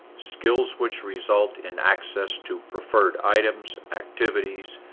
skills which result in access to preferred items, activities,